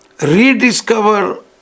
rediscover